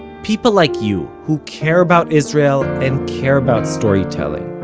people like you, who care about israel and care about storytelling,